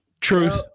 Truth